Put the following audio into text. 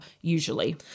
usually